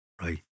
right